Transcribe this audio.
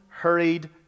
hurried